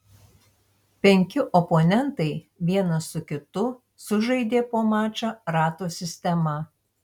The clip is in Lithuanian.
penki oponentai vienas su kitu sužaidė po mačą rato sistema